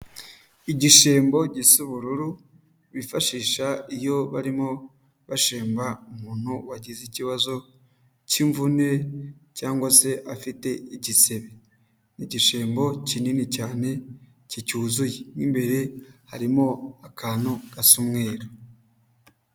Igishembo gisa ubururu bifashisha iyo barimo bashemba umuntu wagize ikibazo cy'imvune cyangwa se afite igisebe. Ni igishembo kinini cyane kicyuzuye mo imbere harimo akantu gasa umwera.